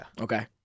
Okay